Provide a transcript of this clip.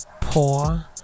poor